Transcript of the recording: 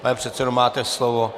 Pane předsedo, máte slovo.